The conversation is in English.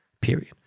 period